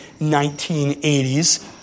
1980s